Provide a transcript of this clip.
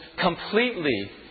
completely